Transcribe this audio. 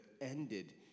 ended